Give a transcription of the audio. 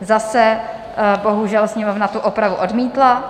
Zase, bohužel, Sněmovna tu opravu odmítla.